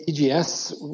EGS